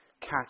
catch